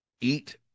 eat